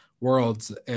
worlds